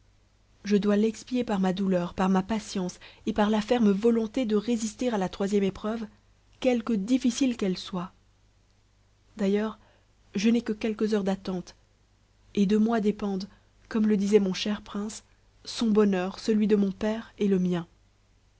je dois l'expier par ma douleur par ma patience et par la ferme volonté de résister à la troisième épreuve quelque difficile qu'elle soit d'ailleurs je n'ai que quelques heures d'attente et de moi dépendent comme le disait mon cher prince son bonheur celui de mon père et le mien